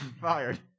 fired